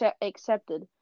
accepted